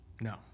No